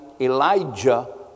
Elijah